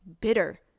bitter